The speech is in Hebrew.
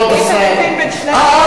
מי שמבין בין שנינו,